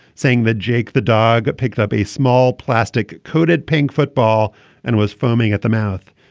saying that, jake, the dog picked up a small plastic coated pink football and was foaming at the mouth.